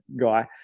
guy